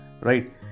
right